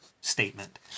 statement